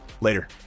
Later